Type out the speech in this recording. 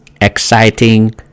exciting